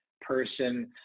person